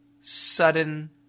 sudden